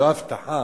לא הבטחה,